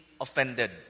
offended